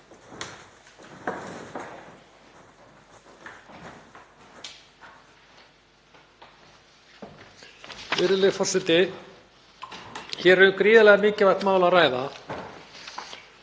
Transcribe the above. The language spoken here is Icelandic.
Hér er um gríðarlega mikilvægt mál að ræða,